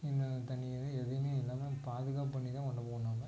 இல்லை தனியாகவே எதுவுமே இல்லாமல் பாதுகாப்பு பண்ணி தான் கொண்டு போகணும் நம்ம